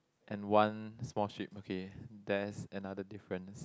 and one small sheep okay there's another difference